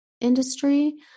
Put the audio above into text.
industry